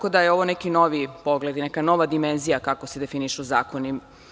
Ovo je neki novi pogled i neka nova dimenzija kako se definišu zakoni.